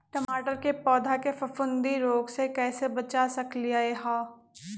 टमाटर के पौधा के फफूंदी रोग से कैसे बचा सकलियै ह?